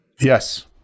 Yes